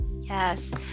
Yes